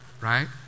right